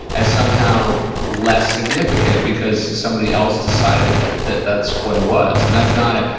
as somehow less significant because somebody else decided that that that's what it was. and that's not it.